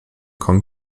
kann